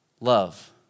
Love